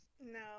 No